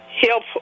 help